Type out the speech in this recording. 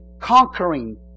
conquering